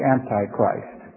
Antichrist